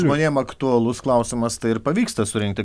žmonėm aktualus klausimas tai ir pavyksta surinkti